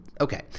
okay